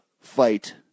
fight